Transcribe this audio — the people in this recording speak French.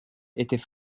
étaient